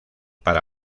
para